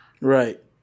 Right